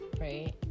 right